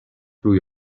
روی